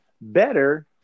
better